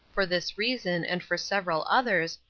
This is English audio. for this reason, and for several others,